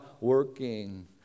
working